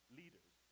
leaders